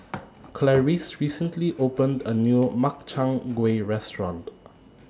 Clarice recently opened A New Makchang Gui Restaurant